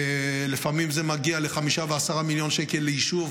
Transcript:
ולפעמים זה מגיע ל-5 ול-10 מיליון שקל ליישוב,